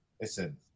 listen